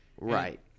Right